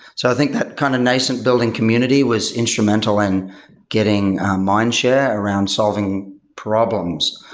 so i think that kind of nascent building community was instrumental and getting a mindshare around solving problems,